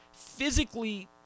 physically